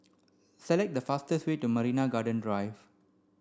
select the fastest way to Marina Garden Drive